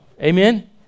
Amen